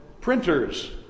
printers